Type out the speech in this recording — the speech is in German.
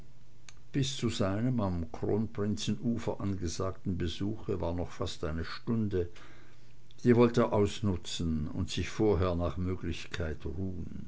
bis zu seinem am kronprinzenufer angesagten besuche war noch fast eine stunde die wollt er ausnutzen und sich vorher nach möglichkeit ruhn